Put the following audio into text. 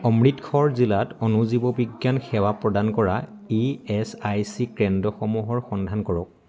অমৃতসৰ জিলাত অণুজীৱবিজ্ঞান সেৱা প্ৰদান কৰা ই এছ আই চি কেন্দ্ৰসমূহৰ সন্ধান কৰক